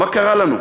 מה קרה לנו?